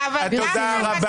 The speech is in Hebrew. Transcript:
תודה.